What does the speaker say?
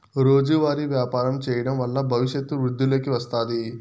రోజువారీ వ్యాపారం చేయడం వల్ల భవిష్యత్తు వృద్ధిలోకి వస్తాది